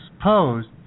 posed